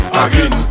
again